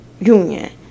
union